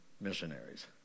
missionaries